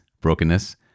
brokenness